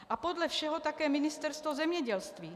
A podle všeho také Ministerstvo zemědělství.